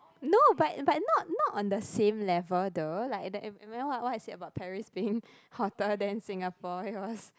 no but but not not on the same level [duh] like the remember what what I said that Paris being hotter than Singapore it was